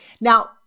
Now